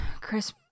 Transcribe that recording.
chris